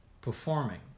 performing